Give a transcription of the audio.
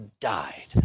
died